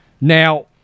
Now